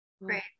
right